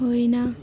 होइन